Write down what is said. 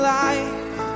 life